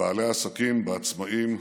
בבעלי העסקים, בעצמאים,